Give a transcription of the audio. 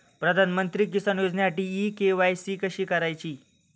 प्रधानमंत्री किसान योजनेसाठी इ के.वाय.सी कशी करायची?